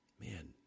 Man